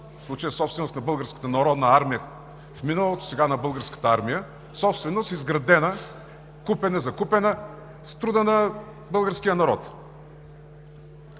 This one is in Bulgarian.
в случая собственост на Българската народна армия в миналото, сега на Българската армия, собственост – изградена, купена, закупена с труда на българския народ.